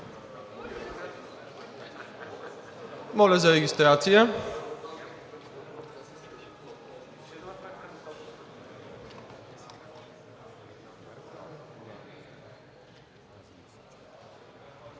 Моля за регистрация!